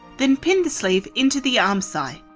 then pin the sleeve into the armscye.